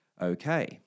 okay